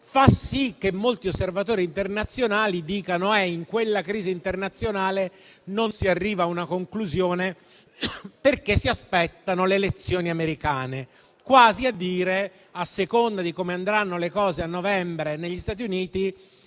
fa sì che molti osservatori internazionali dicano: in quella crisi internazionale non si arriva a una conclusione perché si aspettano le elezioni americane. Quasi a dire che, a seconda di come andranno le elezioni a novembre negli Stati Uniti,